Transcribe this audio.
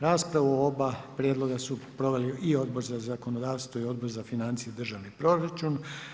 Raspravu o oba prijedloga su proveli i Odbor za zakonodavstvo i Odbor za financije i državni proračun.